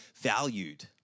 valued